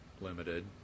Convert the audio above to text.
Limited